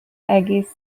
aggies